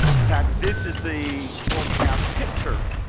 in fact, this is the forecast picture.